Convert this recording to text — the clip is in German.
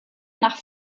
nach